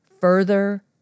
further